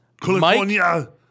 California